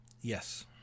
yes